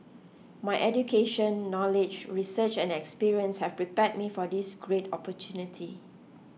my education knowledge research and experience have prepared me for this great opportunity